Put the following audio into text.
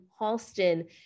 Halston